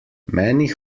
many